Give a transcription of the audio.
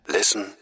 Listen